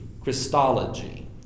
Christology